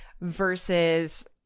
versus